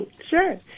Sure